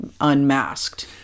unmasked